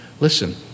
Listen